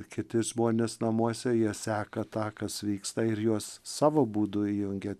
kiti žmonės namuose jie seka tą kas vyksta ir juos savo būdu jungia